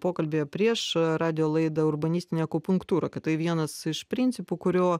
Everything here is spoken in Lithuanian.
pokalbyje priešo radijo laidą urbanistinę akupunktūrą kad tai vienas iš principų kuriuo